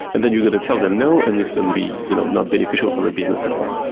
and then you're going to tell them no, and it's going to be you know not beneficial for the business at all.